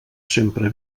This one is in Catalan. sempre